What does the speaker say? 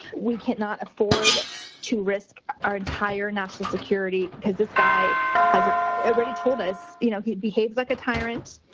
we cannot afford to risk our entire national security because this guy has already told us you know he behaves like a tyrant.